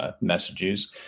messages